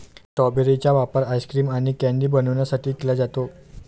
strawberry चा वापर ice cream आणि कँडी बनवण्यासाठी केला जातो